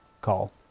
call